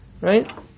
right